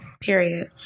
period